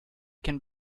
can